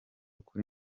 kuri